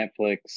netflix